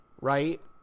right